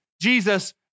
Jesus